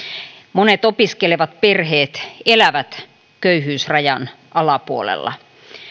monet opiskelevat perheet elävät köyhyysrajan alapuolella